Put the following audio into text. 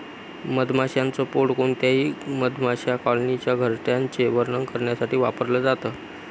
मधमाशांच पोळ कोणत्याही मधमाशा कॉलनीच्या घरट्याचे वर्णन करण्यासाठी वापरल जात